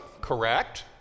correct